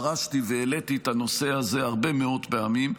והעליתי את הנושא הזה הרבה מאוד פעמים.